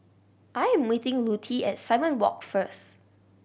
I'm meeting Lutie at Simon Walk first